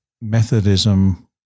Methodism